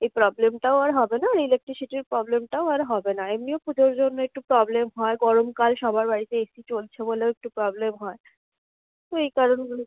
এই প্রবলেমটাও আর হবে না ইলেকট্রিশিটির প্রবলেমটাও আর হবে না এমনিও পুজোর জন্য একটু প্রবলেম হয় গরমকাল সবার বাড়িতে এসি চলছে বলেও একটু প্রবলেম হয় তো এই কারণগুলিকে